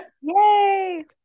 Yay